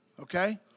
Okay